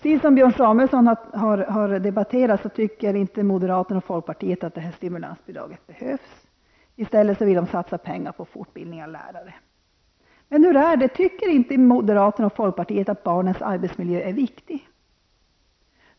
Moderaterna och folkpartiet tycker inte, och det har Björn Samuelson talat om, att stimulansbidraget behövs. I stället vill man satsa pengarna på fortbildning av lärare. Men hur är det? Tycker inte moderaterna och folkpartiet att barnens arbetsmiljö är viktig?